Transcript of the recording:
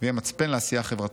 ויהיה מצפן לעשייה חברתית.